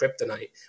kryptonite